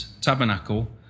tabernacle